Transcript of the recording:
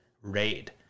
raid